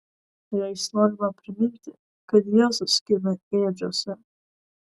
jais norima priminti kad jėzus gimė ėdžiose